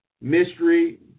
mystery